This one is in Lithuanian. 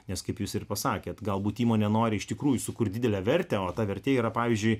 nes kaip jūs ir pasakėt galbūt įmonė nori iš tikrųjų sukurti didelę vertę o ta vertė yra pavyzdžiui